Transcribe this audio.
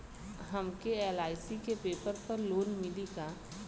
हमके एल.आई.सी के पेपर पर लोन मिली का?